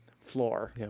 floor